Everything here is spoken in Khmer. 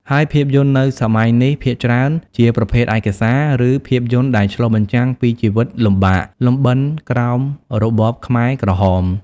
ហើយភាពយន្តនៅសម័យនេះ ភាគច្រើនជាប្រភេទឯកសារ ឬភាពយន្តដែលឆ្លុះបញ្ចាំងពីជីវិតលំបាកលំបិនក្រោមរបបខ្មែរក្រហម។